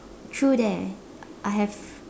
true there I have